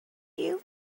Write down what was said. you